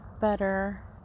better